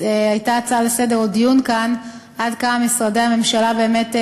הייתה הצעה לסדר או דיון כאן עד כמה משרדי הממשלה באמת,